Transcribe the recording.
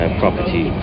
property